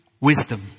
wisdom